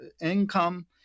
income